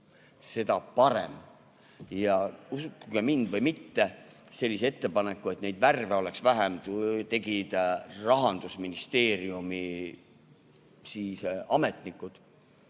seda parem. Uskuge mind või mitte, sellise ettepaneku, et neid värve oleks vähem, tegid Rahandusministeeriumi ametnikud.